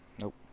Nope